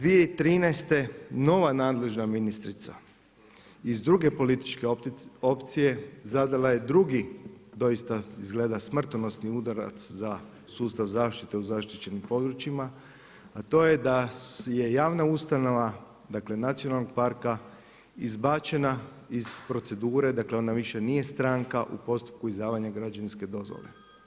2013. nova nadležna ministrica iz druge političke opcije zadala je drugi, doista izgleda smrtonosni udarac za sustav zaštite u zaštićenim područjima, a to je da je javna ustanova, dakle nacionalnog parka izbačena iz procedure, dakle ona više nije stranka u postupku izdavanja građevinske dozvole.